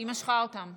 היא משכה אותן.